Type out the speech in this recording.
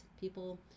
people